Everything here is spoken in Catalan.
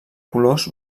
colors